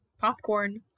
Popcorn